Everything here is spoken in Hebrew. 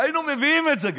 שהיינו מביאים את זה גם.